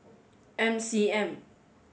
M C M